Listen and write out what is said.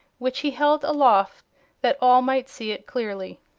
which he held aloft that all might see it clearly.